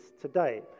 today